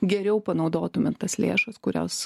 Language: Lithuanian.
geriau panaudotumėm tas lėšas kurios